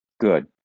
good